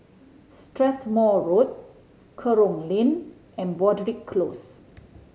Strathmore Road Kerong Lane and Broadrick Close